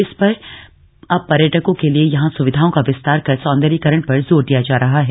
इस पर अब पर्यटकों के लिए यहां सुविधाओं का विस्तार कर सौंदर्यीकरण पर जोर दिया जा रहा है